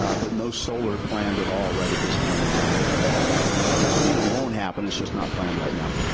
ah but no solar planned at all, right at this point in time. it doesn't mean it won't happen, it's just not planned right now.